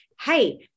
hey